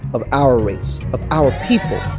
of our race, of our people.